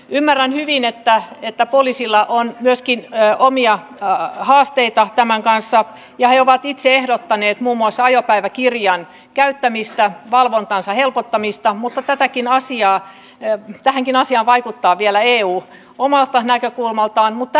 ymmärrän hyvin että poliisilla on myöskin omia haasteita tämän kanssa ja he ovat itse ehdottaneet muun muassa ajopäiväkirjan käyttämistä valvontansa helpottamista mutta tähänkin asiaan vaikuttaa vielä eu omasta näkökulmastaan